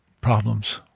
problems